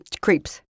Creeps